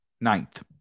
ninth